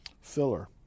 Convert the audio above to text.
filler